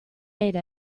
ate